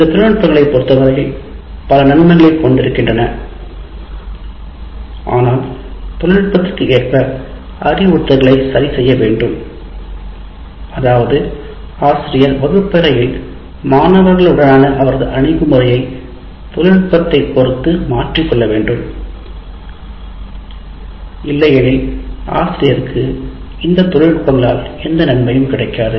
இந்த தொழில்நுட்பங்களை பொருத்தவரையில் பல நன்மைகளைக் கொண்டிருக்கின்றன ஆனால் தொழில்நுட்பத்துக்கு ஏற்ப அறிவுறுத்தல்களை சரிசெய்ய வேண்டும் அதாவது ஆசிரியர் வகுப்பறையில் மாணவர்களுடனான அவரது அணுகுமுறையை தொழில்நுட்பத்தைப் பொறுத்து மாற்றிக்கொள்ள வேண்டும் இல்லையெனில் ஆசிரியருக்கு இந்த தொழில்நுட்பங்களால் எந்த நன்மையும் கிடைக்காது